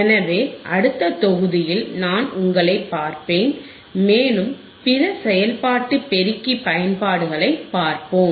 எனவே அடுத்த தொகுதியில் நான் உங்களைப் பார்ப்பேன் மேலும் பிற செயல்பாட்டு பெருக்கி பயன்பாடுகளைப் பார்ப்போம்